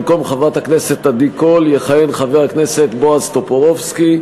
במקום חברת הכנסת עדי קול יכהן חבר הכנסת בועז טופורובסקי.